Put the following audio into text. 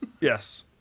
Yes